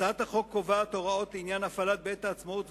הצעת החוק קובעת הוראות לעניין הפעלת בית-העצמאות,